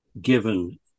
given